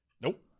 nope